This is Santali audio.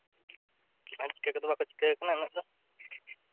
ᱪᱤᱠᱟᱹ ᱠᱚᱫᱚ ᱵᱟᱠᱚ ᱪᱤᱠᱟᱹ ᱠᱟᱱᱟ ᱩᱱᱟᱹᱜ ᱫᱚ